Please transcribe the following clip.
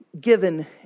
given